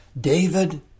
David